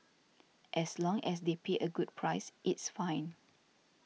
as long as they pay a good price it's fine